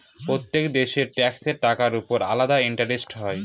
প্রত্যেক দেশের ট্যাক্সের টাকার উপর আলাদা ইন্টারেস্ট হয়